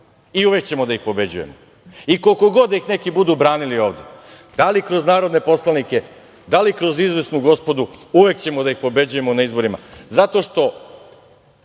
I uvek ćemo da ih pobeđujemo! I koliko god da ih neki budu branili ovde, da li kroz narodne poslanike, da li kroz izvesnu gospodu, uvek ćemo da ih pobeđujemo na izborima, zato što